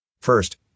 First